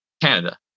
Canada